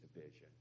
division